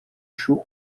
joue